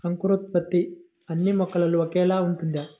అంకురోత్పత్తి అన్నీ మొక్కలో ఒకేలా ఉంటుందా?